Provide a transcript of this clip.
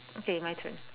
okay my turn